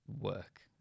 work